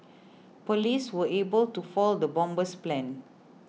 police were able to foil the bomber's plans